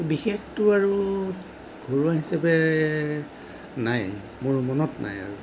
বিশেষতো আৰু ঘৰুৱা হিচাপে নাই মোৰ মনত নাই আৰু